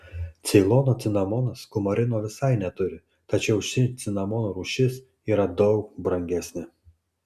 ceilono cinamonas kumarino visai neturi tačiau ši cinamono rūšis yra daug brangesnė